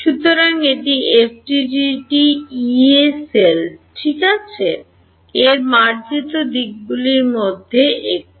সুতরাং এটি FDTD ইয়ে সেল ঠিক আছে এর মার্জিত দিকগুলির মধ্যে একটি